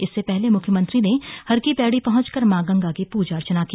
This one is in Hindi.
इससे पहले मुख्यमंत्री ने हरकी पैड़ी पहुंचकर मां गंगा की पूजा अर्चना की